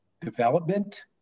development